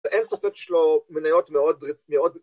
ואין ספק שיש לו מניות מאוד רציניות